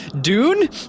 Dune